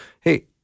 hey